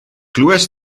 glywaist